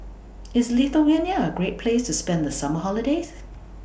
IS Lithuania A Great Place to spend The Summer holidays